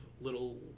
little